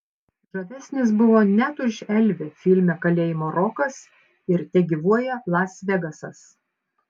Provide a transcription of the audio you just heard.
žavesnis buvo net už elvį filme kalėjimo rokas ir tegyvuoja las vegasas